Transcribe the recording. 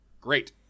great